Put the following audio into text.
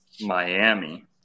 Miami